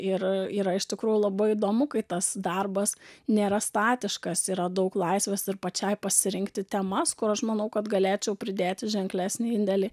ir yra iš tikrųjų labai įdomu kai tas darbas nėra statiškas yra daug laisvės ir pačiai pasirinkti temas kur aš manau kad galėčiau pridėti ženklesnį indėlį